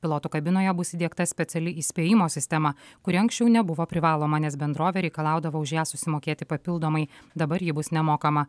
pilotų kabinoje bus įdiegta speciali įspėjimo sistema kuri anksčiau nebuvo privaloma nes bendrovė reikalaudavo už ją susimokėti papildomai dabar ji bus nemokama